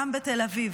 גם בתל אביב,